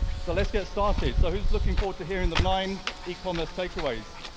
so let's get started. so who's looking forward to hearing the nine ecommerce takeaways?